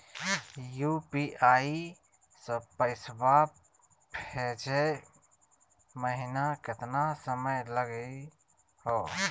UPI स पैसवा भेजै महिना केतना समय लगही हो?